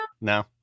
No